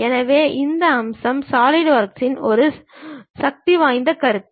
எனவே இந்த அம்சம் சாலிட்வொர்க்ஸில் ஒரு சக்திவாய்ந்த கருத்து